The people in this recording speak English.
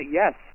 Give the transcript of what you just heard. yes